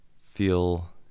feel